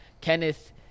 Kenneth